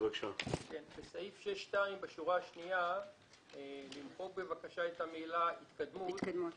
בסעיף 6(2) בשורה השנייה למחוק את המילה "התקדמות",